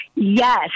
Yes